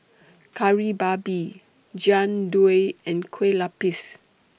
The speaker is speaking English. Kari Babi Jian Dui and Kueh Lupis